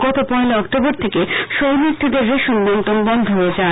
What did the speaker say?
গত পয়লা অক্টোবর থেকে শরনার্থীদের রেশন বন্টন বন্ধ হয়ে যায়